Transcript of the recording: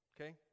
okay